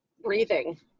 breathing